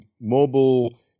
mobile